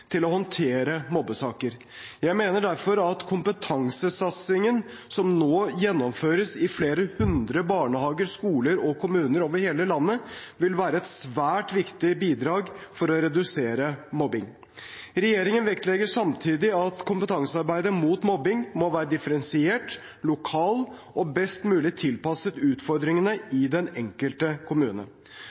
til å håndtere mobbesaker. Jeg mener derfor at kompetansesatsingen som nå gjennomføres i flere hundre barnehager, skoler og kommuner over hele landet, vil være et svært viktig bidrag for å redusere mobbing. Regjeringen vektlegger samtidig at kompetansearbeidet mot mobbing må være differensiert, lokalt og best mulig tilpasset utfordringene i den enkelte kommune.